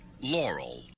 laurel